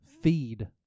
feed